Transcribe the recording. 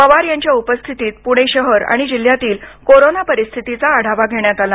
पवार यांच्या उपस्थितीत पुणे शहर आणि जिल्ह्यातील कोरोना परिस्थितीचा आढावा घेण्यात आला